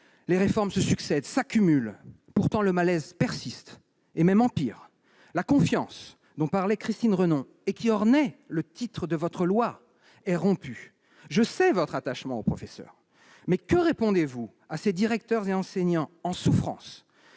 les réformes se succèdent, s'accumulent. Pourtant, le malaise persiste et même empire. La confiance dont parlait Christine Renon et qui ornait le titre de votre loi, monsieur le ministre, est rompue. Je sais votre attachement aux professeurs. Mais que répondez-vous à ces directeurs et enseignants en souffrance,